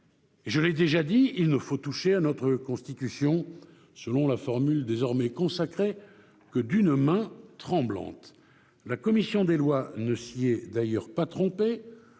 je l'ai déjà dit, il ne faut toucher à notre Constitution, selon la formule désormais consacrée, que d'une main tremblante. La commission des lois ne s'y est d'ailleurs pas trompée,